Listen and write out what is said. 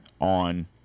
on